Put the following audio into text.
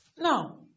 Now